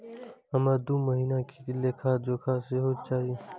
हमरा दूय महीना के लेखा जोखा सेहो चाही